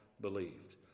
believed